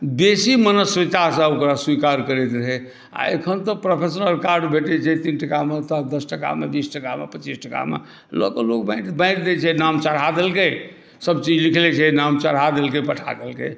बेसी मनस्वितासँ ओकरा स्वीकार करैत रहै आ एखन तऽ प्रोफेशनल कार्ड भेटैत छै तीन टाकामे तऽ दस टाकामे बीस टाकामे पच्चीस टाकामे लए कऽ लोक बाँटि दैत छै नाम चढ़ा देलकै सभचीज लिखले छै नाम चढ़ा देलकै पठा देलकै